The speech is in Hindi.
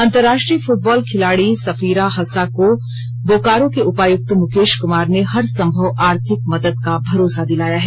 अंतरराष्ट्रीय फुटबॉल खिलाड़ी सफीरा हस्सा को बोकारो के उपायुक्त मुकेष कुमार ने हरसंभव आर्थिक मदद का भरोसा दिलाया है